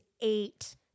eight